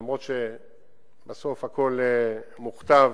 ואף שבסוף הכול מוכתב,